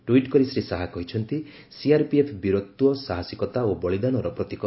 tweet କରି ଶ୍ରୀ ଶାହା କହିଛନ୍ତି CRPF ବୀରତ୍ୱ ସାହସୀକତା ଓ ବଳୀଦାନର ପ୍ରତୀକ